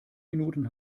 minuten